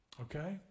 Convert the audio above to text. okay